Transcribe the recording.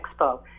Expo